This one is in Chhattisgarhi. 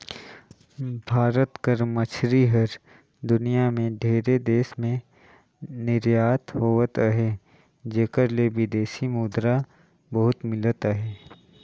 भारत कर मछरी हर दुनियां में ढेरे देस में निरयात होवत अहे जेकर ले बिदेसी मुद्रा बहुत मिलत अहे